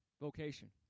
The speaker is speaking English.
Vocation